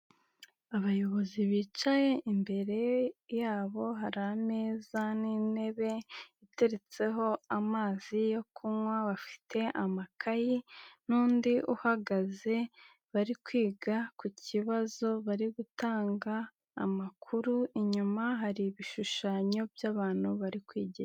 abayobozi bicaye imbere yabo hari ameza n'intebe iteretseho amazi yo kunywa, bafite amakayi n'undi uhagaze bari kwiga ku kibazo bari gutanga amakuru inyuma hari ibishushanyo by'abantu bari kwigisha.